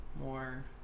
more